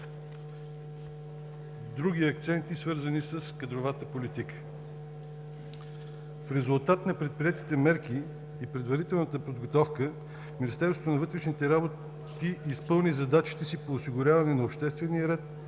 други акценти, свързани с кадровата политика. В резултат на предприетите мерки и предварителната подготовка Министерството на вътрешните работи изпълни задачите си по осигуряване на обществения ред,